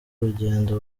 urugendo